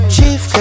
Chief